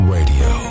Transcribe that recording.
Radio